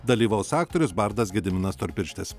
dalyvaus aktorius bardas gediminas storpirštis